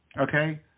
Okay